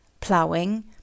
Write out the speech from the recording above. Ploughing